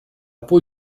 peau